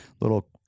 little